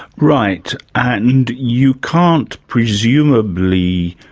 right. and you can't presumably